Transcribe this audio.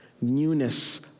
newness